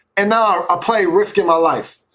and now a play risking my life.